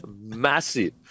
massive